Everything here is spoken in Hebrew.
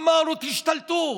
אמרנו: תשתלטו,